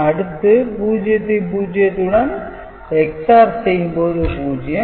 அடுத்து 0 ஐ 0 உடன் XOR செய்யும் போது 0